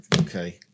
okay